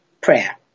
prayer